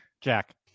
Jack